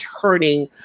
turning